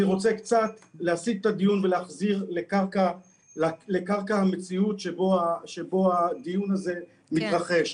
אני רוצה להסיט את הדיון ולהחזיר לקרקע המציאות שבה הדיון הזה מתרחש.